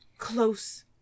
close